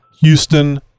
Houston